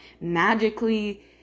magically